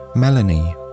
Melanie